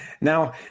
Now